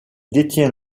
détient